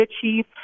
achieve